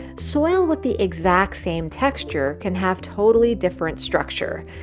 soil with the exact same texture can have totally different structure.